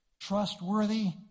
trustworthy